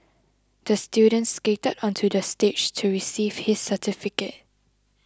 the student skated onto the stage to receive his certificate